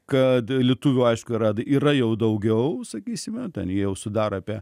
kad lietuvių aišku yra yra jau daugiau sakysime ten jie jau sudaro apie